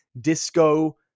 Disco